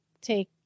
take